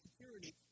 security